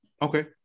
Okay